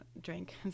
drink